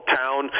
town